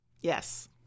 yes